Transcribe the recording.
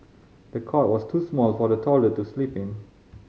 the cot was too small for the toddler to sleep in